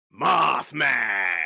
Mothman